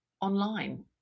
online